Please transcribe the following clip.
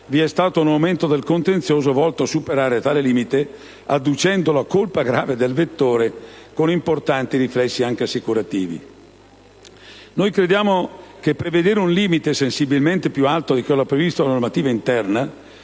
vi è stato un aumento del contenzioso volto a superare tale limite adducendo la colpa grave del vettore, con importanti riflessi anche assicurativi. Noi crediamo che prevedere un limite sensibilmente più alto di quello previsto dalla normativa interna,